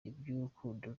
iby’urukundo